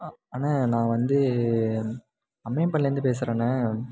அண்ணன் நான் வந்து அம்மையப்பன்லேருந்து பேசுகிறேண்ண